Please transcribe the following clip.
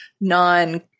non